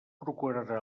procurarà